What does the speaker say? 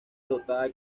dotada